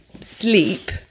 sleep